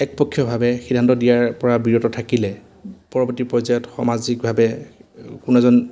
একপক্ষীয়ভাৱে সিদ্ধান্ত দিয়াৰ পৰা বিৰত থাকিলে পৰৱৰ্তী পৰ্যায়ত সামাজিকভাৱে কোনো এজন